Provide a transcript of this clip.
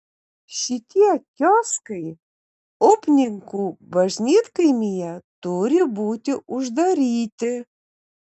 šitie kioskai upninkų bažnytkaimyje turi būti uždaryti